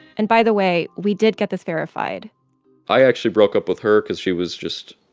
and by the way, we did get this verified i actually broke up with her because she was just,